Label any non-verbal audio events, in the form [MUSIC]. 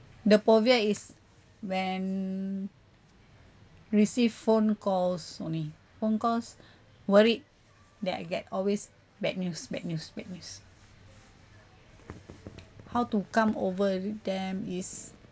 the phobia is when receive phone calls only phone calls [BREATH] worried that I get always bad news bad news bad news how to come over them is